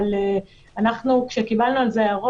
אבל כשקיבלנו על זה הערות,